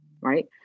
Right